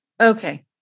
Okay